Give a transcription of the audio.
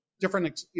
different